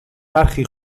برخی